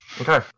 Okay